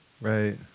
Right